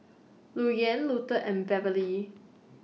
Luther and Beverley